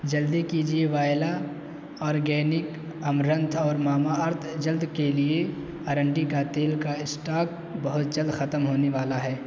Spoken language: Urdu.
جلدی کیجیے وائلا آرگینک امرنتھ اور ماما ارتھ جلد کے لیے ارنڈی کا تیل کا اسٹاک بہت جلد ختم ہونے والا ہے